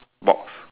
box